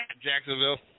Jacksonville